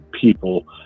people